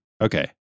Okay